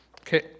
Okay